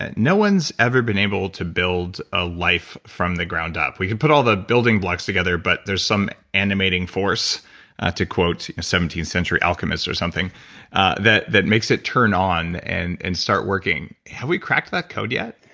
and no one's ever been able to build a life from the ground up. we have put all the building blocks together but there's some animating force to quote seventeenth century alchemist or something that that makes it turn on, and and start working. have we cracked that code yet?